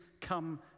come